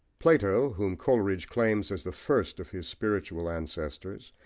plato, whom coleridge claims as the first of his spiritual ancestors,